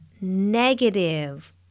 negative